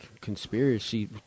conspiracy